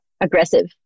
aggressive